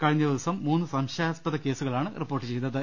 കഴിഞ്ഞദിവസം മൂന്ന് സംശയാ സ്പദ കേസുകളാണ് റിപ്പോർട്ട് ചെയ്തത്